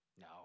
No